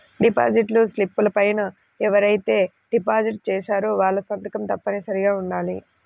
deposit స్లిపుల పైన ఎవరైతే డిపాజిట్ చేశారో వాళ్ళ సంతకం తప్పనిసరిగా ఉండాలి